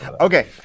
okay